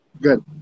Good